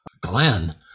glenn